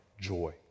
joy